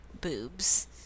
boobs